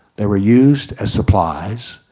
they were used as supplies.